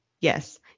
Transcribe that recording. Yes